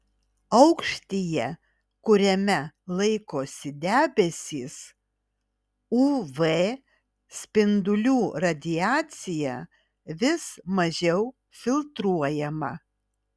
aukštyje kuriame laikosi debesys uv spindulių radiacija vis mažiau filtruojama